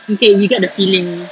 okay you get the feeling